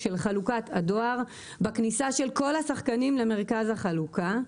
של חלוקת הדואר בכניסה של כל השחקנים למרכז החלוקה.